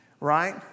Right